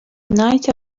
night